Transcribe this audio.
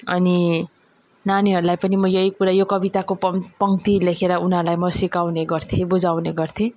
अनि नानीहरूलाई पनि म यही कुरा यो कविताको पङ् पङ्क्त्ति लेखेर उनीहरूलाई म सिकाउने गर्थेँ बुझाउने गर्थेँ